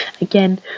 Again